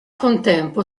contempo